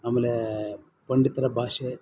ಆಮೇಲೆ ಪಂಡಿತರ ಭಾಷೆ